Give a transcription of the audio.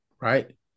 right